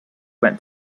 went